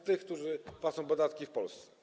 tych, którzy płacą podatki w Polsce.